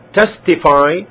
testify